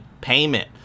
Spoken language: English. payment